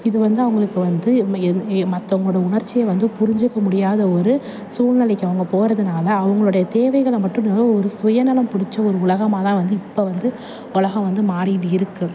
இது வந்து அவங்களுக்கு வந்து எம் எந் ஏ மத்தவங்களோடய உணர்ச்சியை வந்து புரிஞ்சிக்க முடியாத ஒரு சூழ்நிலைக்கி அவங்க போகிறதுனால அவங்களோடைய தேவைகளை மட்டும் இல்லை ஒரு சுயநலம் பிடிச்ச ஒரு உலகமாக தான் வந்து இப்போ வந்து உலகம் வந்து மாறிட்டு இருக்குது